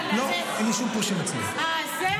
לא, אין לו שום פושים אצלי, ברוך השם.